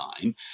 time